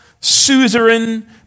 suzerain